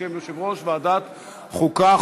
בשם יושב-ראש ועדת החוקה,